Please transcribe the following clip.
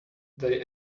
they